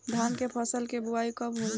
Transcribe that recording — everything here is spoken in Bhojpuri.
धान के फ़सल के बोआई कब होला?